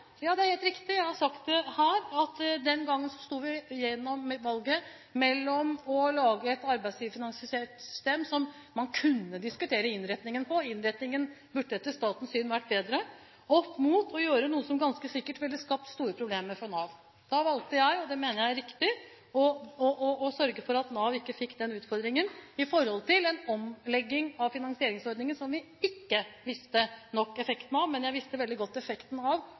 Ja, det er helt riktig – jeg har sagt det her – at vi den gangen hadde valget mellom å lage et arbeidsgiverfinansiert system, som man kunne diskutere innretningen på – innretningen burde etter statens syn vært bedre – og å gjøre noe som ganske sikkert ville skapt store problemer for Nav. Da valgte jeg, og det mener jeg er riktig, å sørge for at Nav ikke fikk utfordringen med en omlegging av finansieringsordningen, som vi ikke visste nok om effekten av. Men jeg visste veldig godt effekten av